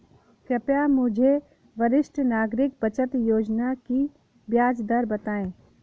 कृपया मुझे वरिष्ठ नागरिक बचत योजना की ब्याज दर बताएं